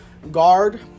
Guard